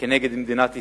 כנגד מדינת ישראל,